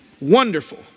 Wonderful